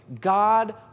God